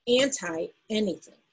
anti-anything